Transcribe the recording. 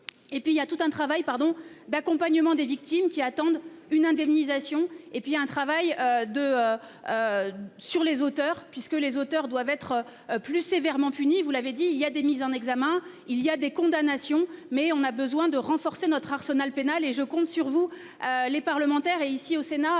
Et puis il y a tout un travail pardon d'accompagnement des victimes qui attendent une indemnisation et puis il y a un travail de. Sur les hauteurs puisque les auteurs doivent être plus sévèrement punis vous l'avez dit il y a des mises en examen il y a des condamnations mais on a besoin de renforcer notre arsenal pénal et je compte sur vous. Les parlementaires et ici au Sénat,